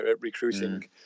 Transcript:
recruiting